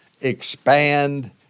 expand